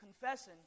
confessing